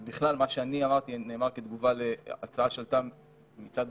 בכלל, מה שאני אמרתי נאמר כתגובה להצעה שעלתה מצד